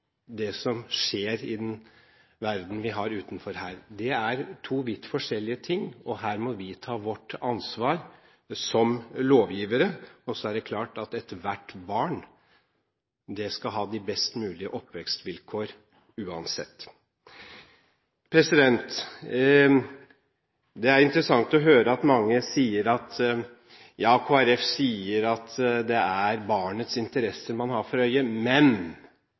hva som skjer i den verdenen vi har utenfor her. Det er to vidt forskjellige ting, og her må vi ta vårt ansvar som lovgivere. Så er det klart at ethvert barn skal ha de best mulige oppvekstvilkår – uansett. Det er interessant å høre at mange sier at ja, Kristelig Folkeparti sier at det er barnets interesser man har for øye, men…,